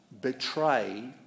betray